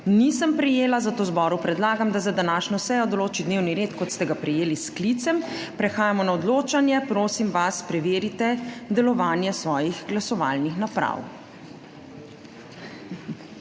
nisem prejela, zato zboru predlagam, da za današnjo sejo določi dnevni red, kot ste ga prejeli s sklicem. Prehajamo na odločanje. Prosim vas, preverite delovanje svojih glasovalnih naprav.